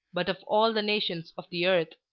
but of all the nations of the earth.